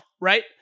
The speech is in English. right